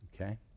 Okay